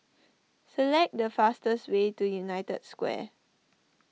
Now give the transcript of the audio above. select the fastest way to United Square